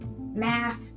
math